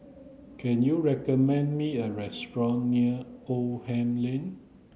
can you recommend me a restaurant near Oldham Lane